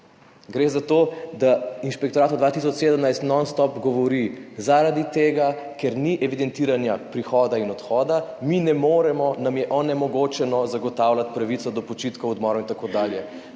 Gre za to, da inšpektorat od leta 2017 nonstop govori, zaradi tega, ker ni evidentiranja prihoda in odhoda, mi ne moremo, nam je onemogočeno zagotavljati pravico do počitkov, odmorov in tako dalje.